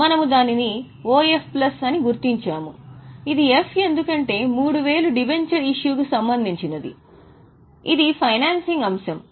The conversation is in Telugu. మనము దానిని OF ప్లస్ అని గుర్తించాము ఇది ఎఫ్ ఎందుకంటే 3000 డిబెంచర్ ఇష్యూకు సంబంధించినది ఇది ఫైనాన్సింగ్ అంశం